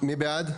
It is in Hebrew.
הצבעה בעד,